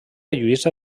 lluïsa